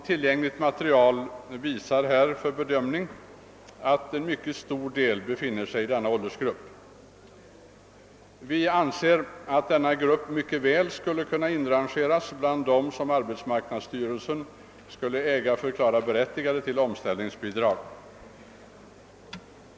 Tillgängligt material visar, att en mycket stor del av dessa fiskare befinner sig i denna åldersgrupp. Vi anser att denna grupp mycket väl skulle kunna inrangeras bland dem som arbetsmarknadsstyrelsen skulle äga förklara berättigade till omställningsbidrag.